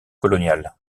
coloniales